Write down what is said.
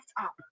up